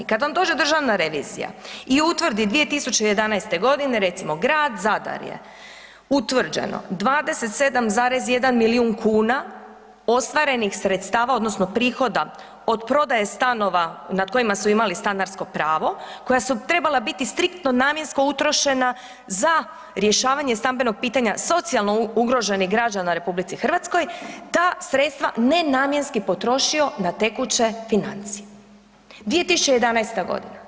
Kad vam dođe Državna revizija i utvrdi 2011. godine, recimo grad Zadar je utvrđeno 27,1 milijun kuna ostvarenih sredstava odnosno prihoda od prodaje stanova nad kojima su imali stanarsko pravo koja su trebala biti striktno namjensko utrošena za rješavanje stambenog pitanja socijalno ugroženih građana u RH, ta sredstva nenamjenski potrošio na tekuće financije, 2011. godina.